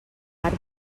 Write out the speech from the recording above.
arc